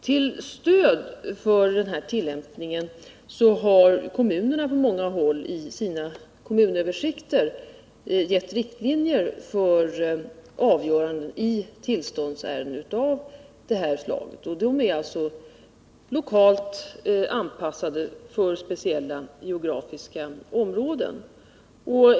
Till stöd för den här tillämpningen har kommunerna på många håll i sina kommunöversikter givit riktlinjer för avgöranden i tillståndsärenden av detta slag. De är alltså lokalt anpassade för speciella geografiska områden.